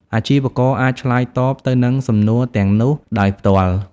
អាជីវករអាចឆ្លើយតបទៅនឹងសំណួរទាំងនោះដោយផ្ទាល់។